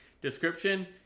description